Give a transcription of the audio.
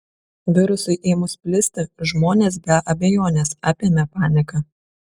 virusui ėmus plisti žmonės be abejonės apėmė panika